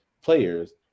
players